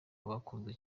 bakunzwe